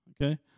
okay